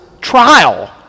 trial